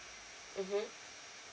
mmhmm